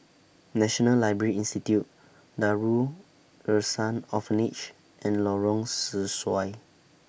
National Library Institute Darul Ihsan Orphanage and Lorong Sesuai